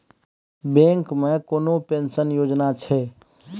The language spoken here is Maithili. बैंक मे कोनो पेंशन योजना छै?